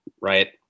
Right